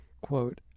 quote